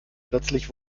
plötzlich